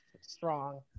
strong